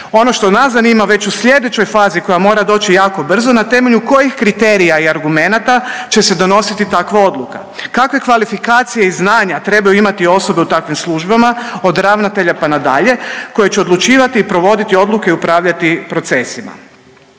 Ono što nas zanima, već u sljedećoj fazi koja mora doći jako brzo, na temelju kojih kriterija i argumenata će se donositi takva odluka? Kakve kvalifikacije i znanja trebaju imati osobe u takvim službama, od ravnatelja pa nadalje, koji će odlučivati i provoditi odluke i upravljati procesima.